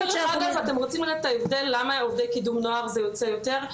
אתם רוצים את ההבדל למה עובדי קידום נוער זה יוצא יותר?